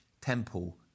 temple